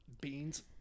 Beans